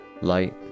light